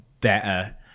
better